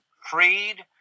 freed